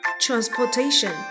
Transportation